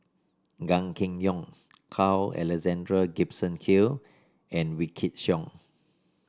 Gan Kim Yong Carl Alexander Gibson Hill and Wykidd Song